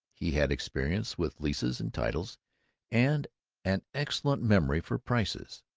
he had experience with leases and titles and an excellent memory for prices.